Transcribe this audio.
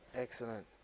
Excellent